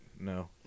no